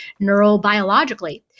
neurobiologically